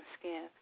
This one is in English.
skin